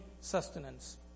sustenance